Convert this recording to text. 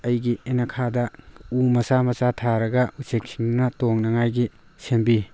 ꯑꯩꯒꯤ ꯌꯦꯟꯅꯈꯥꯗ ꯎ ꯃꯆꯥ ꯃꯆꯥ ꯊꯥꯔꯒ ꯎꯆꯦꯛꯁꯤꯡꯗꯨꯅ ꯇꯣꯡꯅꯉꯥꯏꯒꯤ ꯁꯦꯝꯕꯤ